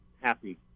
happy